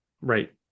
right